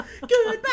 goodbye